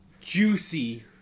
Juicy